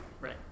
Right